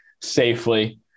safely